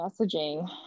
messaging